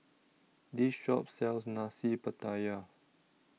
This Shop sells Nasi Pattaya